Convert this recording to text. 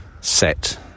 set